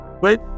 wait